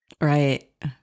Right